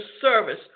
service